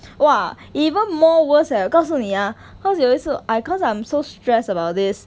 !wah! even more worse eh 我告诉你啊 cause 有一次 I cause I'm so stressed about this